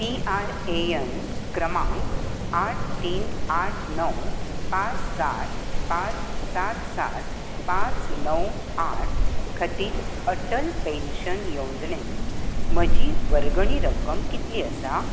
PRAN क्रमांक आठ तीन आठ णव पांच सात पांच सात सात पांच णव आठ खातीर अटल पेन्शन येवजणेंत म्हजी वर्गणी रक्कम कितली आसा